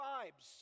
tribes